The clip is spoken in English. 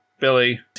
Billy